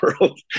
world